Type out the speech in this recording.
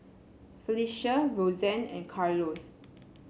Felecia Rosanne and Carlos